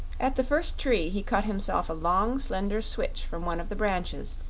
at the first tree he cut himself a long, slender switch from one of the branches,